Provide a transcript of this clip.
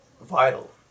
vital